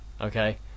okay